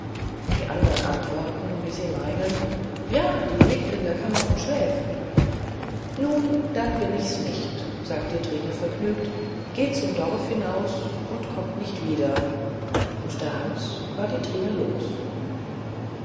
die andern antworten wie sie meinen ja die liegt in der kammer und schläft nun dann bin ichs nicht sagt die trine vergnügt geht zum dorf hinaus und kommt nicht wieder und hans war die trine los